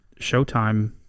Showtime